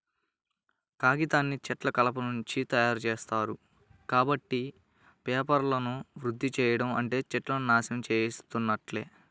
కాగితాన్ని చెట్ల కలపనుంచి తయ్యారుజేత్తారు, కాబట్టి పేపర్లను వృధా చెయ్యడం అంటే చెట్లను నాశనం చేసున్నట్లే